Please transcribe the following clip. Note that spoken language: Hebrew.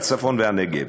הצפון והנגב,